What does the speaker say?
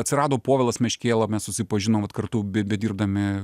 atsirado povilas meškėla mes susipažinom vat kartu be bedirbdami